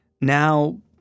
now